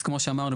אז כמו שאמרנו,